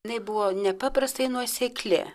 jinai buvo nepaprastai nuosekli